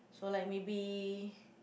so like maybe